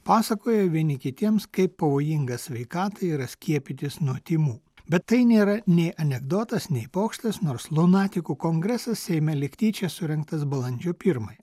pasakoja vieni kitiems kaip pavojinga sveikatai yra skiepytis nuo tymų bet tai nėra nei anekdotas nei pokštas nors lunatikų kongresas seime lyg tyčia surengtas balandžio pirmąją